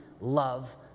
love